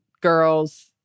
girls